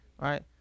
Right